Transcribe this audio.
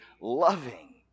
loving